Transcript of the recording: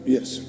Yes